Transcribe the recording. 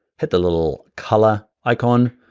hit the little color icon,